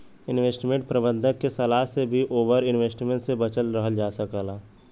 investment प्रबंधक के सलाह से भी ओवर इन्वेस्टमेंट से बचल रहल जा सकला